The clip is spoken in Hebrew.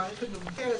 מערכת מבוקרת,